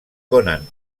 conan